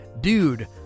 dude